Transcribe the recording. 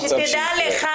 תדע לך,